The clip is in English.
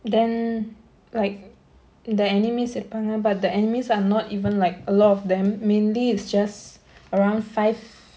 then like the enemies இருப்பாங்க:iruppaanga but the enemies are not even like a lot of them mainly it's just around five